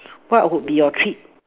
what would be your treat